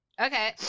okay